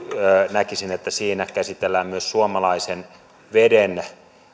näkisin että siinä käsitellään myös suomalaisen veden